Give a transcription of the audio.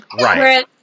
Right